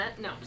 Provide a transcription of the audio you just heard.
no